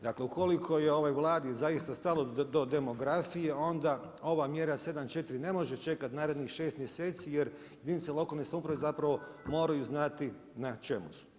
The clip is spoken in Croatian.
Dakle ukoliko je ovoj Vladi zaista stalo do demografije onda ova mjera 7.4. ne može čekati narednih 6 mjeseci jer jedinice lokalne samouprave zapravo moraju znati na čemu su.